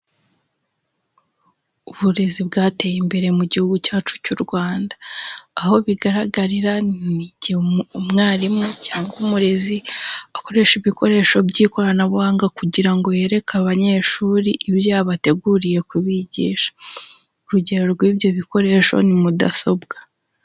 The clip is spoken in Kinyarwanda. Uburezi bwateye imbere mu gihugu cyacu cy'u Rwanda, aho bigaragarira ni igihe umwarimu cyangwa umurezi akoresha ibikoresho by'ikoranabuhanga kugira ngo yereke abanyeshuri ibyo yabateguriye kubigisha, urugero rw'ibyo bikoresho ni mudasobwa.